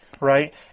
Right